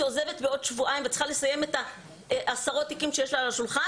שעוזבת בעוד שבועיים וצריכה לסיים את עשרות התיקים שיש לה על השולחן,